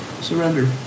surrender